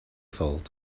salt